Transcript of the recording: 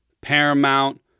Paramount